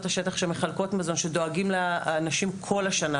השטח שמחלקות מזון שדואגים לאנשים כל השנה,